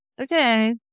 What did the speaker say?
Okay